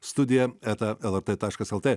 studija eta lrt taškas lt